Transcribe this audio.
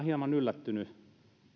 hieman yllättynyt